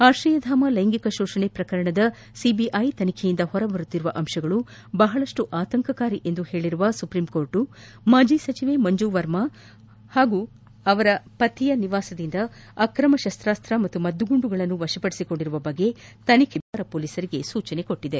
ಆಶ್ರಯಧಾಮ ಲೈಂಗಿಕ ಶೋಷಣೆ ಪ್ರಕರಣದ ಸಿಬಿಐ ತನಿಖೆಯಿಂದ ಹೊರಬರುತ್ತಿರುವ ಅಂಶಗಳು ಬಹಳಷ್ಟು ಆತಂಕಕಾರಿ ಎಂದು ಹೇಳಿರುವ ಸುಪ್ರೀಂಕೋರ್ಟ್ ಮಾಜಿ ಸಚಿವೆ ಮಂಜುವರ್ಮ ಹಾಗೂ ಅವರ ಪತಿಯ ನಿವಾಸದಿಂದ ಅಕ್ರಮ ಶಸ್ತಾಸ್ತ್ ಮತ್ತು ಮದ್ದುಗುಂಡನ್ನು ವಶಪಡಿಸಿಕೊಂಡಿರುವ ಬಗ್ಗೆ ತನಿಖೆ ನಡೆಸುವಂತೆ ಬಿಹಾರ್ ಪೊಲೀಸ್ಗೆ ಸೂಚನೆ ನೀಡಿದೆ